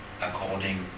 according